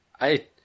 I-